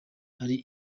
ari